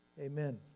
Amen